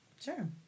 Sure